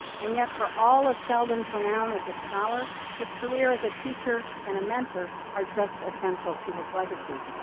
and yet, for all of sheldon's renown as a scholar, his career as a teacher, and a mentor, are just as central to his legacy.